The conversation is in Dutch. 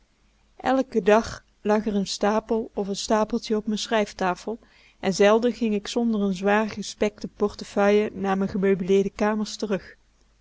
eiken dag lag r n stapel of n stapeltje op m'n schrijftafel en zelden ging k zonder n zwaar gespekte portefeuille naar m'n gemeubileerde kamers terug